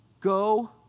Go